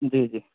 جی جی